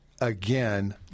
again